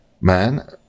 man